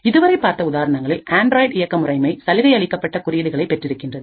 இதுவரை பார்த்த உதாரணங்களில்ஆண்ட்ராய்ட் இயக்க முறைமை சலுகை அளிக்கப்பட்ட குறியீடுகளை பெற்றிருக்கின்றது